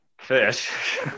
fish